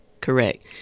Correct